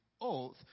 oath